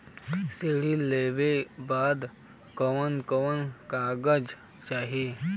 ऋण लेवे बदे कवन कवन कागज चाही?